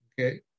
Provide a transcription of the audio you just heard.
okay